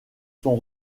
son